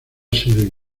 sido